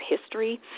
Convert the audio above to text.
history